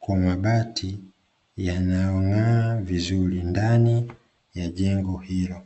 kwa mabati yanayong'aa vizuri ndani ya jengo hilo.